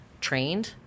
trained